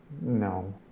no